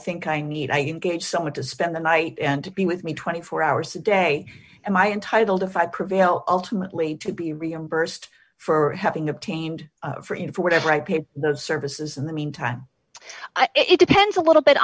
think i need i can get someone to spend the night and to be with me twenty four hours a day and my entitled to five prevail ultimately to be reimbursed for having obtained for in whatever i paid services in the meantime it depends a little bit